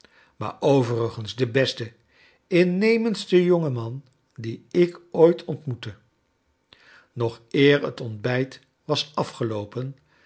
raaar overigens de beste innemendste jongeinan dien ik ooit ontmoette j nog eer het ontbijt was afgeloopen